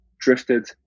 drifted